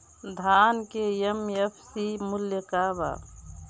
धान के एम.एफ.सी मूल्य का बा?